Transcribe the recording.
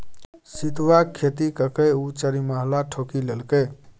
सितुआक खेती ककए ओ चारिमहला ठोकि लेलकै